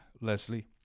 Leslie